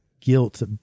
guilt